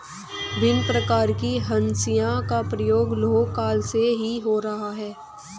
भिन्न प्रकार के हंसिया का प्रयोग लौह काल से ही हो रहा है